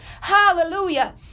Hallelujah